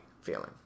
feeling